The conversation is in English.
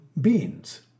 beans